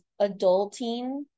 adulting